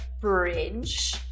bridge